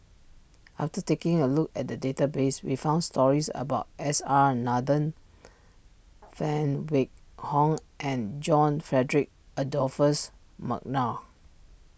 after taking a look at the database we found stories about S R Nathan Phan Wait Hong and John Frederick Adolphus McNair